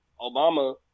Obama